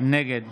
נגד